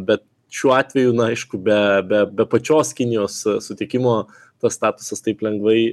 bet šiuo atveju na aišku be be be pačios kinijos sutikimo tas statusas taip lengvai